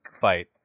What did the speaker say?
fight